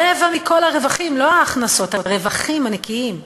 רבע מכל הרווחים, לא ההכנסות, הרווחים הנקיים.